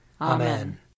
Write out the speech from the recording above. Amen